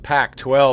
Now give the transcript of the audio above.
Pac-12